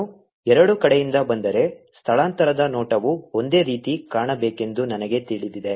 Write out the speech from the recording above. ನಾನು ಎರಡು ಕಡೆಯಿಂದ ಬಂದರೆ ಸ್ಥಳಾಂತರದ ನೋಟವು ಒಂದೇ ರೀತಿ ಕಾಣಬೇಕೆಂದು ನನಗೆ ತಿಳಿದಿದೆ